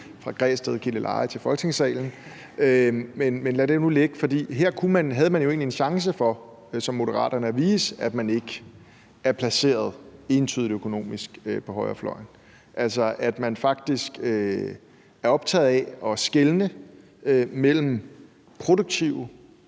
fra Græsted-Gilleleje til Folketingssalen. Men lad det nu ligge, for her havde Moderaterne jo egentlig en chance for at vise, at man ikke økonomisk er placeret entydigt på højrefløjen – altså at man faktisk er optaget af at skelne mellem produktive